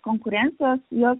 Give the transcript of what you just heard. konkurentą jo